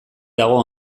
dago